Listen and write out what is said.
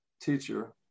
teacher